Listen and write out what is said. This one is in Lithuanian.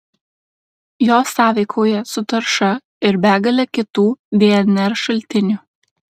jos sąveikauja su tarša ir begale kitų dnr šaltinių